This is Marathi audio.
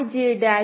An' DA I'